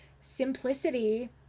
simplicity